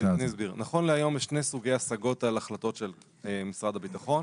נכון להיום יש שני סוגי השגות על החלטות של משרד הביטחון: